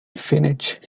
finished